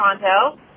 Toronto